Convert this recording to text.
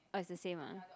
orh it's the same ah